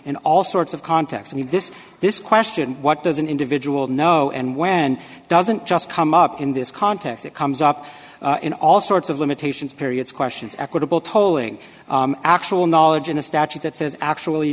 and all sorts of context in this this question what does an individual know and when it doesn't just come up in this context it comes up in all sorts of limitations periods questions equitable tolling actual knowledge in a statute that says actually